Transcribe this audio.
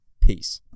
Peace